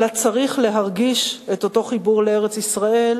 אלא צריך להרגיש את אותו חיבור לארץ-ישראל,